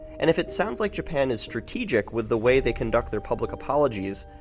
and if it sounds like japan is strategic with the way they conduct their public apologies,